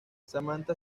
samantha